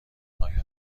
آیا